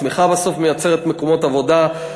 צמיחה בסוף מייצרת מקומות עבודה.